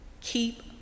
Keep